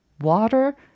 water